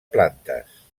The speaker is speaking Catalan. plantes